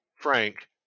Frank